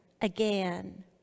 again